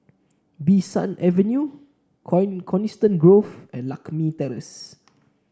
Bee San Avenue Coniston Grove and Lakme Terrace